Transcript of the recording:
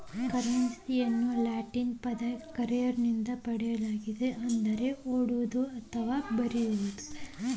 ಕರೆನ್ಸಿಯನ್ನು ಲ್ಯಾಟಿನ್ ಪದ ಕರ್ರೆರೆ ನಿಂದ ಪಡೆಯಲಾಗಿದೆ ಅಂದರೆ ಓಡುವುದು ಅಥವಾ ಹರಿಯುವುದು